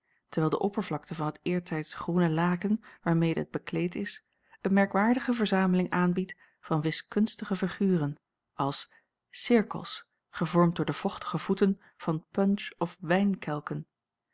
terwijl de oppervlakte van het eertijds groene laken waarmede het bekleed is een merkwaardige verzameling aanbiedt van wiskunstige figuren als cirkels gevormd door de vochtige voeten van punch of wijnkelken